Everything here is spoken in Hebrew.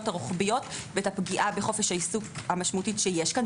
הרוחביות ואת הפגיעה בחופש העיסוק המשמעותית שיש פה,